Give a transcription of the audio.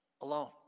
alone